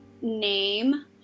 name